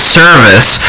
service